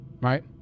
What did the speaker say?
Right